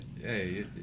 hey